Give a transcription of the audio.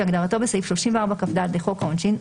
כהגדרתו בסעיף 34כד לחוק העונשין,